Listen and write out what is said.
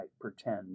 pretend